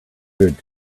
good